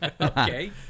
Okay